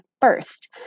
first